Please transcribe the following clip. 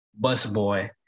busboy